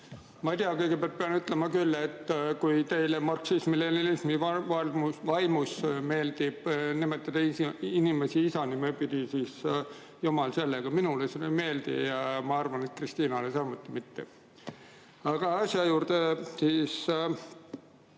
Ma ei tea, kõigepealt pean ütlema, et kui teile marksismi-leninismi vaimus meeldib nimetada teisi inimesi isanime pidi, siis jumal sellega. Minule see ei meeldi ja ma arvan, et Kristinale samuti mitte. Aga asja juurde.